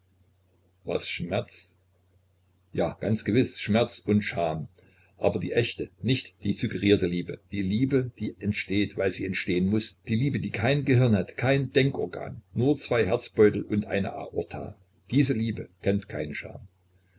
es schmerz ja ganz gewiß schmerz und scham aber die echte die nicht suggerierte liebe die liebe die entsteht weil sie entstehen muß die liebe die kein gehirn hat kein denkorgan nur zwei herzbeutel und eine aorta diese liebe kennt keine scham